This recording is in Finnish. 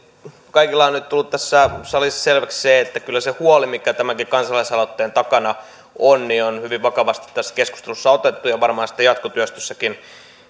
kaikille on nyt tullut tässä salissa selväksi se että kyllä se huoli mikä tämänkin kansalaisaloitteen takana on on hyvin vakavasti tässä keskustelussa otettu ja varmaan sitten jatkotyöstössäkin